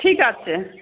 ঠিক আছে